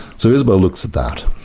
so isabel looks at that.